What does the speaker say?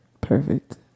Perfect